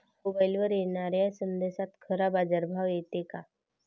मोबाईलवर येनाऱ्या संदेशात खरा बाजारभाव येते का?